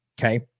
okay